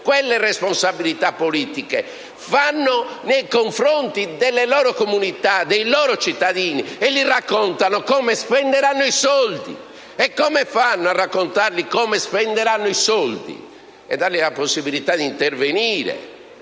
quelle responsabilità politiche fanno alle loro comunità, ai loro cittadini: raccontano come spenderanno i soldi. Ma come fanno a raccontare come spenderanno i soldi e a dare la possibilità di intervenire